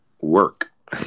work